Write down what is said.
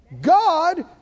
God